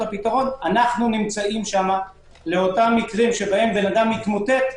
הפתרון - אנחנו נמצאים שם לאותם מקרים שאדם מתמוטט,